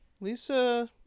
lisa